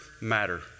matter